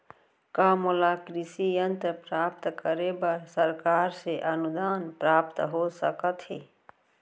का मोला कृषि यंत्र प्राप्त करे बर सरकार से अनुदान प्राप्त हो सकत हे?